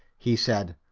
he said,